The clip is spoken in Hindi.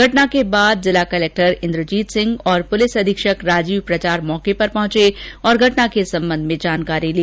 घटना के बाद जिला कलेक्टर इंद्रजीत सिंह और पुलिस अधीक्षक राजीव पचार मौके पर पहुंचे और घटना के संबंध में जानकारी ली